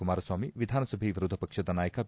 ಕುಮಾರಸ್ವಾಮಿ ವಿಧಾನಸಭೆ ವಿರೋಧ ಪಕ್ಷದ ನಾಯಕ ಬಿ